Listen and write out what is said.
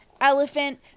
elephant